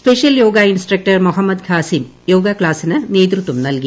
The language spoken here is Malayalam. സ്പെഷ്യൽ യോഗ ഇൻസ്ട്രക്ടർ മൊഹമ്മദ് ഖാസിം യോഗ ക്ലാസ്സിന് നേതൃത്വം നൽകി